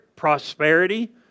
prosperity